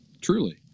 Truly